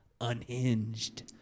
unhinged